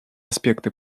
аспекты